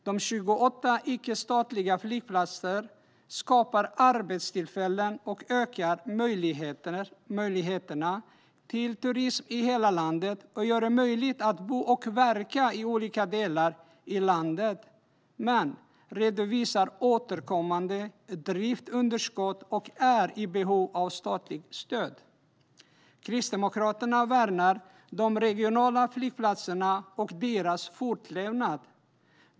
De 28 icke-statliga flygplatserna skapar arbetstillfällen, ökar möjligheterna till turism i hela landet och gör det möjligt att bo och verka i olika delar i landet. Men de redovisar återkommande driftsunderskott och är i behov av statligt stöd. Kristdemokraterna värnar de regionala flygplatserna och deras fortlevnad.